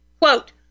Quote